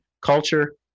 culture